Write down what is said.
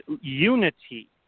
unity